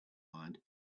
mind